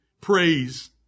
praise